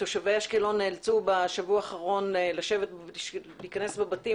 תושבי אשקלון נאלצו בשבוע האחרון להתכנס בבתים